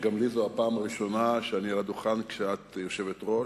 גם לי זו הפעם הראשונה שאני על הדוכן כשאת יושבת-ראש.